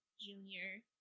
Junior